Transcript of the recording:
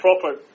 proper